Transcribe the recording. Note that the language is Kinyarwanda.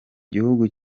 gihugu